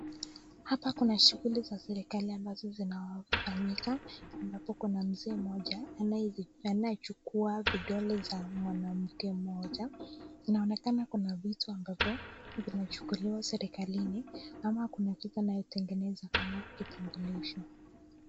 hapa kuna shuguli za serekali ambazo zinafanyika. Hapa kuna mzee mmoja anaechukuwa vidole za mwanamke mmoja, inaonekana kuna vitu ambavyo mtu anachuwa serekalini ama kuna kitu anatengeneza kama kitambulisho.